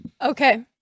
Okay